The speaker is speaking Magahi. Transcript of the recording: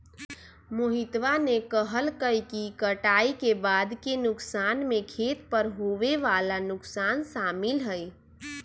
मोहितवा ने कहल कई कि कटाई के बाद के नुकसान में खेत पर होवे वाला नुकसान शामिल हई